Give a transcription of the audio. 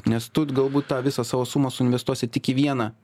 nes tu galbūt tą visą savo sumą suinvestuosi tik į vieną